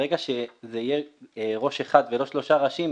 ברגע שזה יהיה ראש אחד ולא שלושה ראשים,